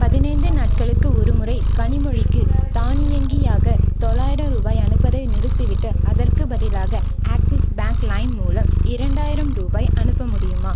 பதினைந்து நாட்களுக்கு ஒருமுறை கனிமொழிக்கு தானியங்கியாக தொள்ளாயிரம் ரூபாய் அனுப்புவதை நிறுத்திவிட்டு அதற்குப் பதிலாக ஆக்ஸிஸ் பேங்க் லைம் மூலம் இரண்டாயிரம் ரூபாய் அனுப்ப முடியுமா